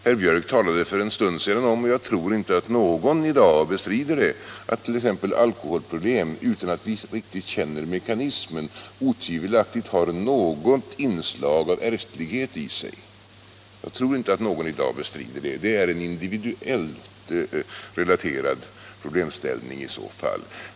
Herr Biörck i Värmdö talade för en stund sedan om att t.ex. alkoholproblem, utan att vi riktigt känner mekanismen, otvivelaktigt har något inslag av ärftlighet i sig. Jag tror inte att någon i dag bestrider det. Det är en individuellt relaterad problemställning i så fall.